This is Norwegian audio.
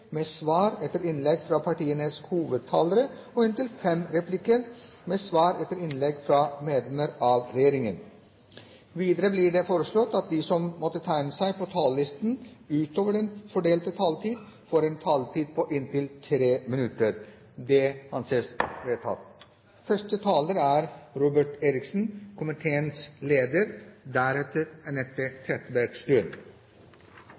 med svar etter innlegg fra partienes hovedtalere og inntil fem replikker med svar etter innlegg fra medlemmer av regjeringen innenfor den fordelte taletid. Videre blir det foreslått at de som måtte tegne seg på talerlisten utover den fordelte taletid, får en taletid på inntil 3 minutter. – Det anses vedtatt. Vi skal i dag behandle arbeids- og sosialkomiteens budsjett. Etter mitt skjønn er